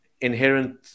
inherent